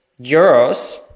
euros